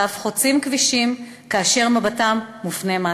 ואף חוצים כבישים כאשר מבטם מופנה מטה.